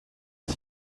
ist